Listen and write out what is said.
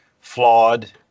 flawed